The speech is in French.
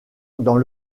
dans